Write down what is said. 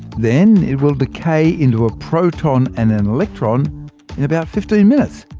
then it will decay into a proton and an electron in about fifteen minutes.